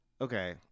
Okay